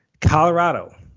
Colorado